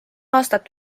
aastat